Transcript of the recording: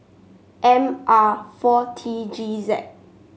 M R four T G Z